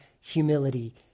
humility